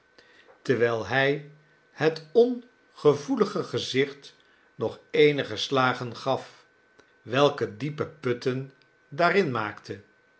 terwijl hij het ongevoelige gezicht nog eenige slagen gaf welke diepe putten daarin maakten